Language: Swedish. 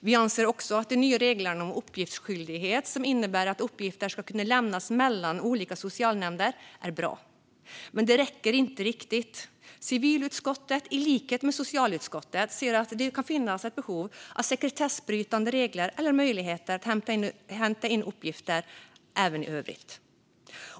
Vi anser också att de nya reglerna om uppgiftsskyldighet som innebär att uppgifter ska kunna lämnas mellan olika socialnämnder är bra. Men det räcker inte riktigt. Civilutskottet, i likhet med socialutskottet, ser att det kan finnas ett behov av sekretessbrytande regler eller möjligheter för att hämta in uppgifter även i övrigt.